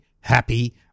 happy